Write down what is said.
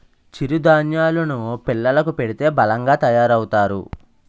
చిరు ధాన్యేలు ను పిల్లలకు పెడితే బలంగా తయారవుతారు